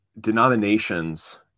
denominations